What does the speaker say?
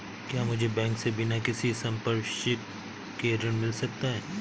क्या मुझे बैंक से बिना किसी संपार्श्विक के ऋण मिल सकता है?